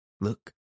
look